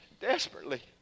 desperately